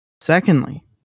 Secondly